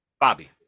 Bobby